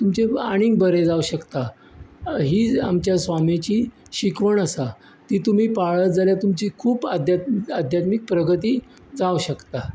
तुमचें आनीक बरें जावंक शकता ही आमच्या स्वामिची शिकवण आसा ती तुमी पाळत जाल्यार तुमची खुब अध्यात्म अध्यात्मीक प्रगती जांव शकता